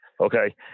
okay